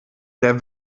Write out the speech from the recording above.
der